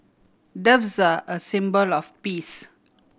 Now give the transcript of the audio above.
doves are a symbol of peace